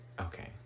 Okay